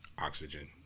Oxygen